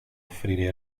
offrire